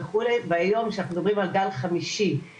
הסיבה שיש תורים מאוד ארוכים כי המון